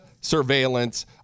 surveillance